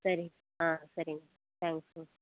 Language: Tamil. சரிங்க ஆ சரிங்க தேங்க்யூ